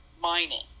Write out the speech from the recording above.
mining